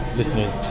listeners